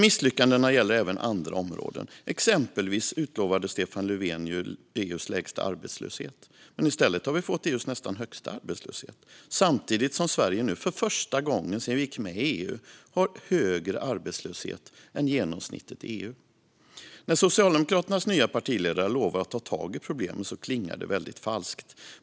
Misslyckandena gäller även andra områden. Exempelvis utlovade Stefan Löfven EU:s lägsta arbetslöshet, men i stället har vi fått EU:s nästan högsta arbetslöshet. Samtidigt har vi i Sverige nu för första gången sedan vi gick med i EU högre arbetslöshet än genomsnittet i EU. När Socialdemokraternas nya partiledare lovar att ta tag i problemen klingar det väldigt falskt.